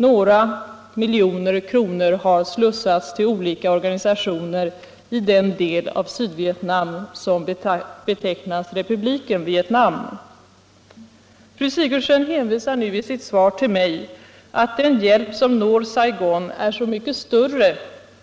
Några miljoner har slussats till olika organisationer i den del av Sydvietnam som betecknas som Republiken Vietnam. Fru Sigurdsen säger i sitt svar till mig att den hjälp som når Saigon är mycket större